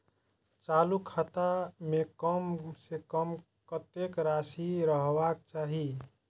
चालु खाता में कम से कम कतेक राशि रहबाक चाही?